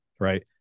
right